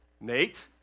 Nate